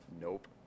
Nope